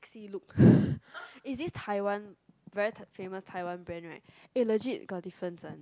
see look is this taiwan very t~ famous taiwan brand right eh legit got difference one